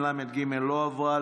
ל"ב לא עברה.